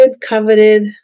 coveted